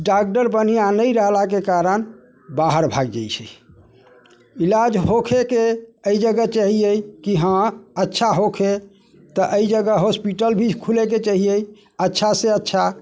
doctor बढ़िआँ नहि रहलाके कारण बाहर भागि जाइ छै इलाज होखेके एहि जगह चाहिए कि हँ अच्छा होखे तऽ एहि जगह हॉस्पिटल भी खुलैके चाहिए अच्छासँ अच्छा